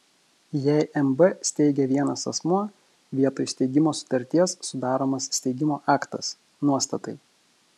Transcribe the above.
jei mb steigia vienas asmuo vietoj steigimo sutarties sudaromas steigimo aktas nuostatai